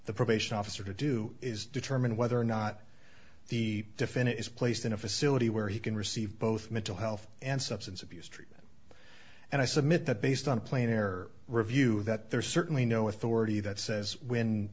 the probation officer to do is determine whether or not the defendant is placed in a facility where he can receive both mental health and substance abuse treatment and i submit that based on planar review that there is certainly no authority that says when